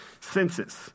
census